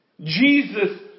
Jesus